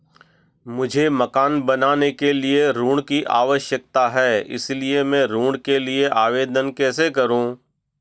मुझे मकान बनाने के लिए ऋण की आवश्यकता है इसलिए मैं ऋण के लिए आवेदन कैसे करूं?